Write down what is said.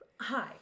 Hi